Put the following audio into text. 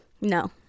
no